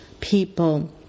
people